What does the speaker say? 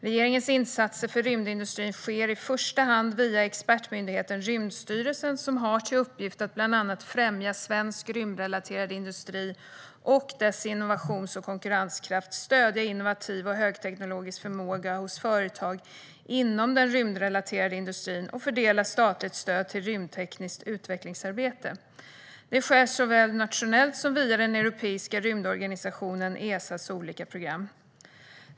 Regeringens insatser för rymdindustrin sker i första hand via expertmyndigheten Rymdstyrelsen, som har till uppgift att bland annat främja svensk rymdrelaterad industri och dess innovations och konkurrenskraft, stödja innovativ och högteknologisk förmåga hos företag inom den rymdrelaterade industrin och fördela statligt stöd till rymdtekniskt utvecklingsarbete. Det sker såväl nationellt som via den europeiska rymdorganisationen Esas olika program.